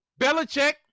Belichick